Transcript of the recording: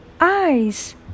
Eyes